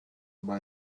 buy